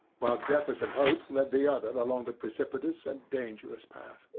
while jefferson hope led the other along the precipitous and dangerous path.